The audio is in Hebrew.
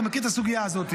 אתה מכיר את הסוגיה הזו.